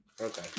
Okay